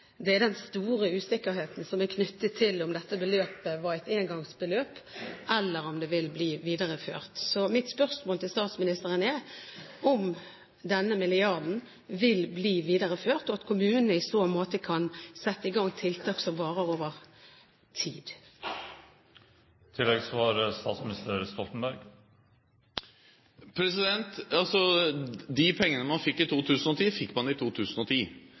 er den store usikkerheten som er knyttet til om dette beløpet var et engangsbeløp, eller om det vil bli videreført. Mitt spørsmål til statsministeren er om denne milliarden vil bli videreført, slik at kommunene i så måte kan sette i gang tiltak som varer over tid. De pengene man fikk i 2010, fikk man i 2010,